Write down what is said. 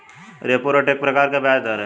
repo rate एक प्रकार का ब्याज़ दर है